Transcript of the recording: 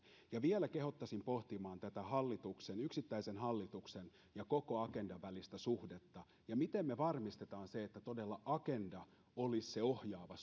vielä kehottaisin pohtimaan tätä yksittäisen hallituksen ja koko agendan välistä suhdetta ja sitä miten me varmistamme sen että todella agenda olisi se ohjaava